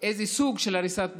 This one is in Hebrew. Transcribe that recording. איזה סוג של הריסת בתים,